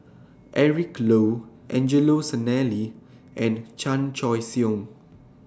Eric Low Angelo Sanelli and Chan Choy Siong